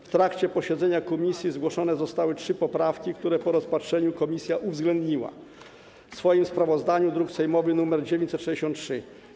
W trakcie posiedzenia komisji zgłoszone zostały trzy poprawki, które po rozpatrzeniu komisja uwzględniła w swoim sprawozdaniu, druk sejmowy nr 963.